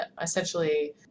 essentially